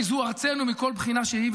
כי זו ארצנו מכל בחינה שהיא,